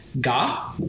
Ga